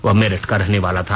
वह मेरठ का रहने वाले था